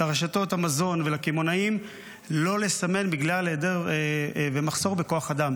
המזון ולקמעונאים לא לסמן בגלל היעדר ומחסור בכוח אדם.